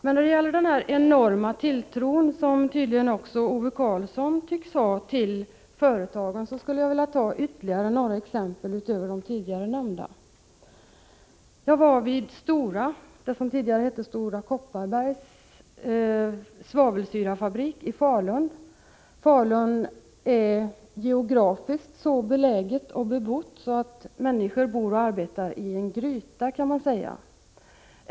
Då det gäller den enorma tilltro till företagen som också Ove Karlsson tycks ha, skulle jag vilja ta ytterligare några exempel utöver de tidigare nämnda. Jag var vid Storas — det som tidigare hette Stora Kopparberg — svavelsyrefabrik i Falun. Falun är geografiskt så beläget och bebott att människor bor och arbetar som i en gryta.